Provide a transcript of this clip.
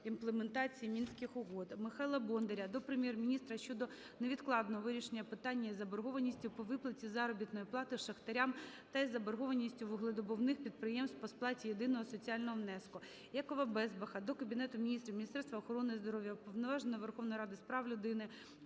імплементації "мінських угод".